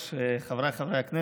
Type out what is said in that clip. חבריי חברי הכנסת,